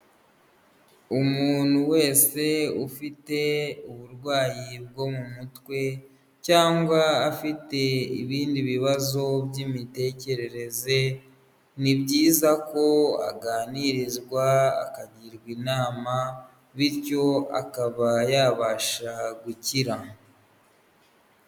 Umuntu wese ufite uburwayi bwo mu mutwe cyangwa afite ibindi bibazo by'imitekerereze ni byiza ko aganirizwa akagirwa inama bityo akaba yabasha gukira.